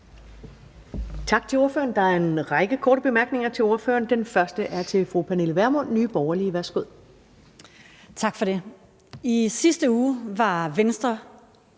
Tak til ordføreren. Der er en række korte bemærkninger til ordføreren. Den første er fra fru Pernille Vermund, Nye Borgerlige. Værsgo.